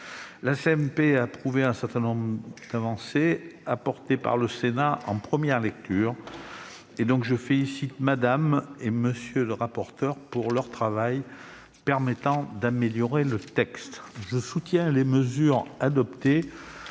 a repris un certain nombre des avancées apportées par le Sénat en première lecture. Je félicite Mme et M. les rapporteurs pour leur travail qui a permis d'améliorer le texte. Je soutiens les mesures adoptées